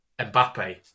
Mbappe